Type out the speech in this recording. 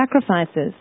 sacrifices